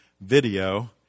video